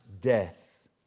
death